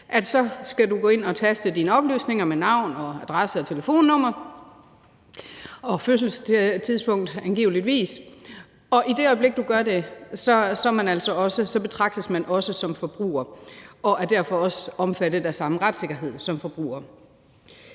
at så skal man indtaste sine oplysninger med navn, adresse og telefonnummer og angiveligt fødselstidspunkt – og i det øjeblik, man gør det, betragtes man også som forbruger og er derfor også omfattet af samme retssikkerhed som forbruger.